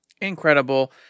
Incredible